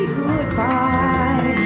goodbye